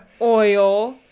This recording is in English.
oil